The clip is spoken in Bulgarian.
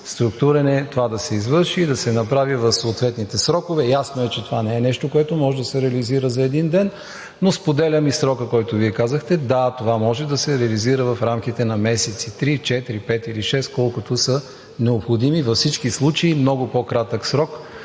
структурен анализ е това да се извърши и да се направи в съответните срокове. Ясно е, че това не е нещо, което може да се реализира за един ден, но споделям и срокът, който Вие казахте. Да, това може да се реализира в рамките на месеци – три, четири, пет или шест, колкото са необходими – във всички случаи много по кратък срок